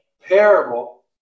parable